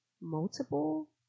multiple